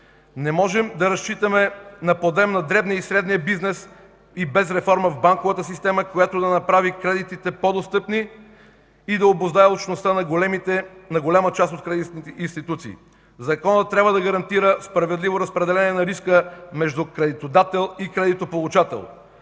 Не можем да разчитаме на подем на дребния и средния бизнес и без реформа в банковата система, която да направи кредитите по-достъпни и да обуздае алчността на голяма част от кредитните институции. Законът трябва да гарантира справедливо разпределение на риска между кредитодател и кредитополучател.